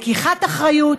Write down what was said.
לקיחת אחריות,